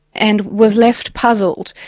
and was left puzzled.